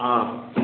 অঁ